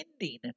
ending